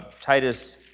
Titus